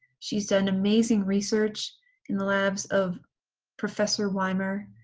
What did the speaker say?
she's done amazing research in the labs of professor weimer,